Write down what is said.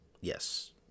yes